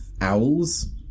owls